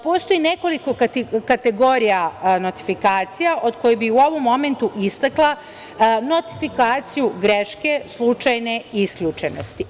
Postoji nekoliko kategorija notifikacija, od kojih bi u ovom momentu istakla notifikaciju greške, slučajne isključenosti.